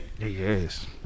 Yes